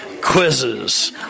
quizzes